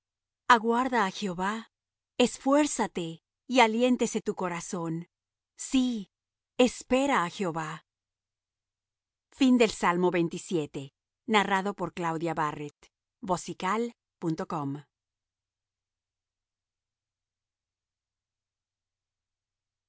aguarda á jehová esfuérzate y aliéntese tu corazón sí espera á jehová salmo de